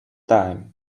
time